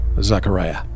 Zachariah